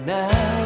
now